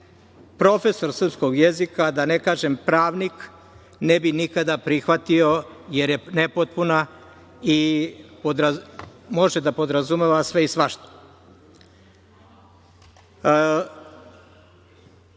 profesor srpskog jezika, da ne kažem pravnik, ne bi nikada prihvatio jer je nepotpuna i može da podrazumeva sve i svašta. Takođe,